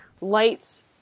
lights